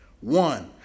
One